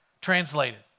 translated